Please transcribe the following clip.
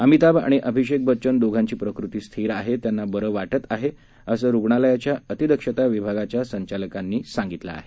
अमिताभ आणि अभिषेक बच्चन दोघांची प्रकृती स्थिर आहे त्यांना बरं वाटतं आहे आहे असं रुग्णालयाच्या अतिदक्षता विभागाचे संचालकांनी सांगितलं आहे